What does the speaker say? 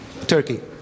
Turkey